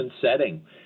setting